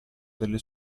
delle